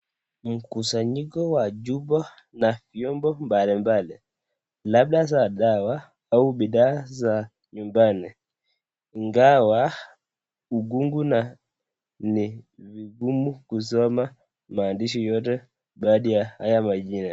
Mkusanyiko wa chupa na vyombo mbalimbali, labda za dawa au bidhaa za nyumbani ingawa ukungu na ni vigumu kusoma maandishi yote baadhi ya haya majina.